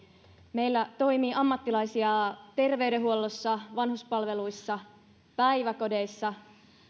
meillä toimii ammattilaisia terveydenhuollossa vanhuspalveluissa päiväkodeissa